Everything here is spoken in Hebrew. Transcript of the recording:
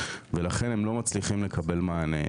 ולכן הם לא מצליחים לקבל מענה.